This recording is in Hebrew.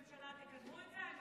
ואם אתם כממשלה תקדמו את זה,